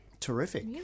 Terrific